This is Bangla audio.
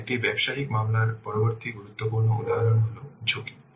একটি ব্যবসায়িক মামলার পরবর্তী গুরুত্বপূর্ণ উপাদান হল ঝুঁকি